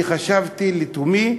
אני חשבתי לתומי: